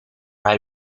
hij